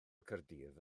caerdydd